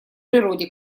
природе